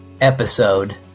episode